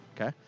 okay